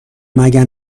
مگه